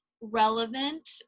relevant